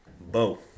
Bo